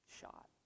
Shot